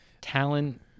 talent